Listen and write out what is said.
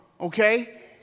okay